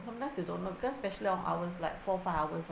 sometimes you don't know because specially on hours like four five hours of